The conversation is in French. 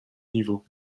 niveau